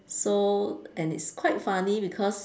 so and it's quite funny because